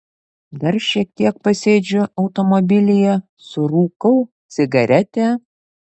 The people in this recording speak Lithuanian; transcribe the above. dar šiek tiek pasėdžiu automobilyje surūkau cigaretę